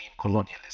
colonialism